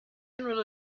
general